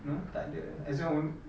no tak ada as in I on~